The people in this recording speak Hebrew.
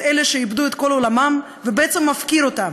את אלה שאיבדו את כל עולמם, ובעצם מפקיר אותם.